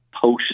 post